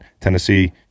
Tennessee